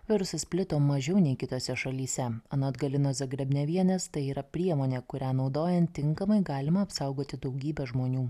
virusas plito mažiau nei kitose šalyse anot galinos zagrebnevienės tai yra priemonė kurią naudojant tinkamai galima apsaugoti daugybę žmonių